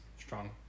strong